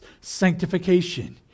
sanctification